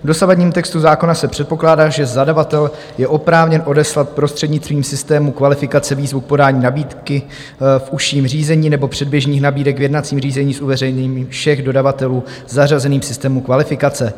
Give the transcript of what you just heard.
V dosavadním textu zákona se předpokládá, že zadavatel je oprávněn odeslat prostřednictvím systému kvalifikace výzvu k podání nabídek v užším řízení nebo předběžných nabídek v jednacím řízení s uveřejněním všem dodavatelům zařazeným v systému kvalifikace.